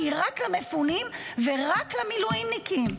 כי היא רק למפונים ורק למילואימניקים,